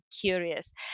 curious